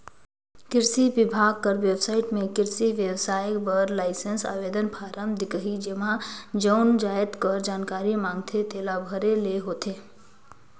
किरसी बिभाग कर बेबसाइट में किरसी बेवसाय बर लाइसेंस आवेदन फारम दिखही जेम्हां जउन जाएत कर जानकारी मांगथे तेला भरे ले होथे